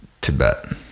Tibet